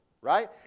right